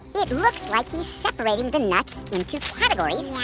it looks like he's separating the nuts into categories. yeah.